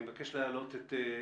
אני מבקש להעלות את פרופ'